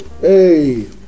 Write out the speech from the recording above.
Hey